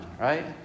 Right